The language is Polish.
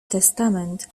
testament